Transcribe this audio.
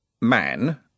man